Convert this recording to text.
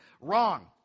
Wrong